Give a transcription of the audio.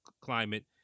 climate